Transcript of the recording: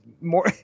more